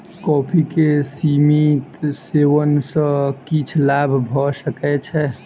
coffee के सीमित सेवन सॅ किछ लाभ भ सकै छै